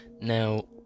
Now